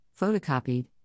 photocopied